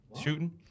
Shooting